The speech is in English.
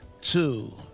two